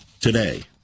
Today